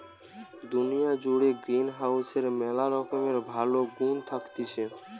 দুনিয়া জুড়ে গ্রিনহাউসের ম্যালা রকমের ভালো গুন্ থাকতিছে